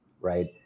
right